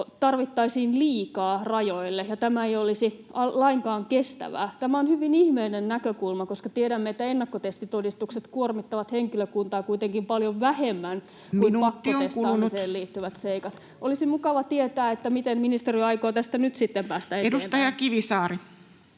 tarvittaisiin liikaa rajoille, ja tämä ei olisi lainkaan kestävää. Tämä on hyvin ihmeellinen näkökulma, koska tiedämme, että ennakkotestitodistukset kuormittavat henkilökuntaa kuitenkin paljon vähemmän kuin pakkotestaamiseen liittyvät seikat. Olisi mukava tietää, miten ministeriö aikoo tästä nyt sitten päästä eteenpäin.